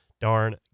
darn